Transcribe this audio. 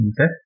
Okay